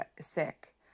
sick